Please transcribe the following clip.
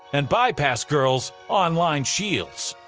and bypass girls' online shields.